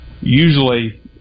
usually